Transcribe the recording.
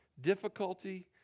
Difficulty